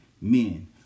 Men